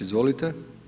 Izvolite.